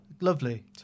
Lovely